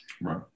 right